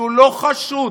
שהוא לא חשוד